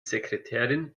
sekretärin